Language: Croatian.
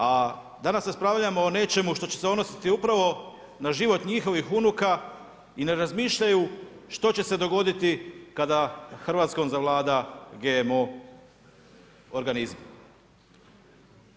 A danas raspravljamo o nečemu što će se odnositi upravo na život njihovih unuka i ne razmišljaju što će se dogoditi kada Hrvatskom zavlada GMO organizmi.